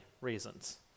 reasons